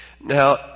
Now